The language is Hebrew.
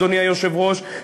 אדוני היושב-ראש,